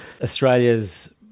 Australia's